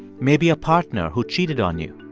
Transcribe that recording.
maybe a partner who cheated on you,